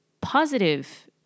positive